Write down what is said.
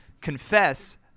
Confess